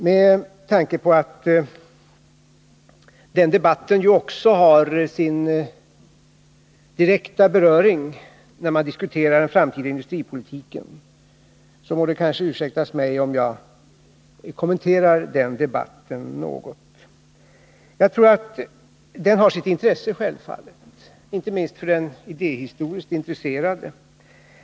Med tanke på att den debatten också har sin direkta beröring med debatten om den framtida industripolitiken, må det kanske ursäktas mig om jag kommenterar den något. Den har självfallet sitt intresse, inte minst för den idéhistoriskt intresserade.